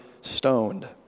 stoned